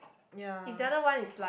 ya